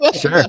Sure